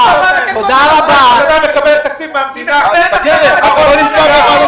--- אתה לא נמצא בוועדת